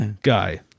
Guy